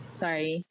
sorry